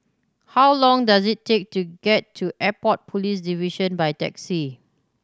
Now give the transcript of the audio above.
how long does it take to get to Airport Police Division by taxi